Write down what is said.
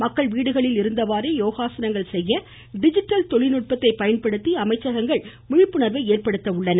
மக்கள் வீடுகளில் இருந்தவாநே யோகாசானங்கள் செய்ய டிஜிட்டல் தொழில்நுட்பத்தை பயன்படுத்தி அமைச்சகங்கள் விழிப்புணர்வை ஏற்படுத்த உள்ளன